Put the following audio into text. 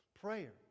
Prayer